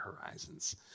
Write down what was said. Horizons